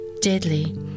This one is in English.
deadly